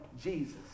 Jesus